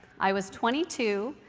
i was twenty two,